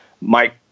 Mike